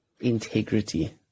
integrity